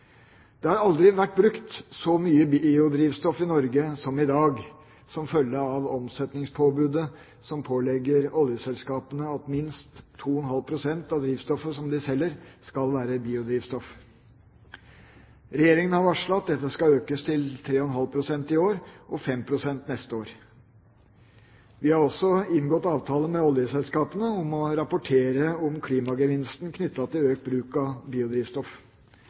Det har aldri vært brukt så mye biodrivstoff i Norge som i dag som følge av omsetningspåbudet, som pålegger oljeselskapene at minst 2,5 pst. av drivstoffet de selger, skal være biodrivstoff. Regjeringa har varslet at dette skal økes til 3,5 pst. i år og 5 pst. neste år. Vi har også inngått avtale med oljeselskapene om å rapportere om klimagevinsten knyttet til økt bruk av biodrivstoff.